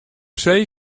see